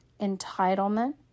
entitlement